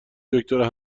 دکترا